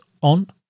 on